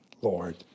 Lord